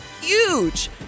huge